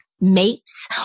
mates